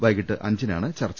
വൈകിട്ട് അഞ്ചി നാണ് ചർച്ച